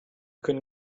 can